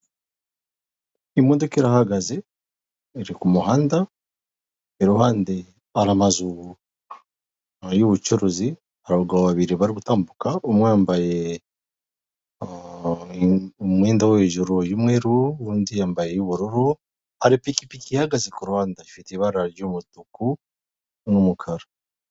Imodoka irahagaze iri ku muhanda, iruhande hari amazu y'ubucuruzi, hari abagabo babiri bari gutambuka, umwe yambaye umwenda wo hejuru y'umweru undi yambaye uw'ubururu, hari ipikipiki ihagaze kuruhande ifite ibara ry'umutuku n'umukara.